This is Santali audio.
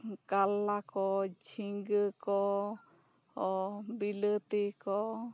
ᱠᱟᱞᱞᱟ ᱠᱚ ᱡᱷᱤᱸᱜᱟᱹ ᱠᱚ ᱵᱤᱞᱟᱹᱛᱤ ᱠᱚ